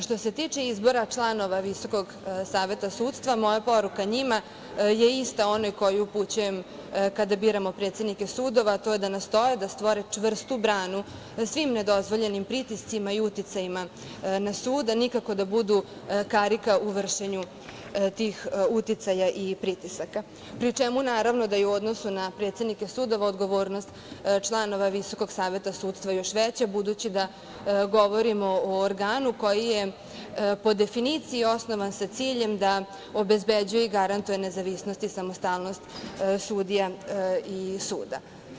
Što se tiče izbora članova Visokog saveta sudstva, moja poruka njima je ista ona koju upućujem kada biramo predsednike sudova, a to je da nastoje da stvore čvrstu branu svim nedozvoljenim pritiscima i uticajima na sud, a nikako da budu karika u vršenju tih uticaja i pritisaka, pri čemu, naravno, da je u odnosu na predsednike sudova, odgovornost članova Visokog saveta sudstva još veća, budući da govorimo o organu koji je po definiciji osnovan sa ciljem da obezbeđuje i garantuje nezavisnost i samostalnost sudija i suda.